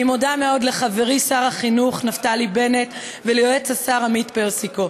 אני מודה מאוד לחברי שר החינוך נפתלי בנט וליועץ השר עמית פרסיקו.